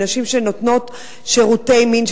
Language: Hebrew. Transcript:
נשים שנותנות שירותי מין,